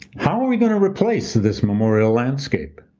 how are we going to replace this memorial landscape.